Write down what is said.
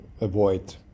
avoid